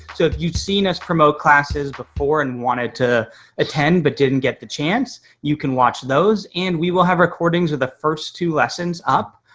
so if you've seen us promote classes before and wanted to attend, but didn't get the chance, you can watch those. and we will have recordings of the first two lessons up.